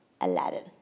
Aladdin